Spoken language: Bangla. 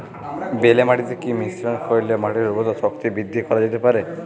বেলে মাটিতে কি মিশ্রণ করিলে মাটির উর্বরতা শক্তি বৃদ্ধি করা যেতে পারে?